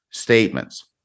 Statements